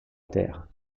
terre